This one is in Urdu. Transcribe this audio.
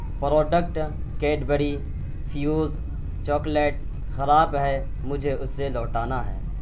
پروڈکٹ کیڈبری فیوز چاکلیٹ خراب ہے مجھے اسے لوٹانا ہے